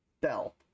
Bell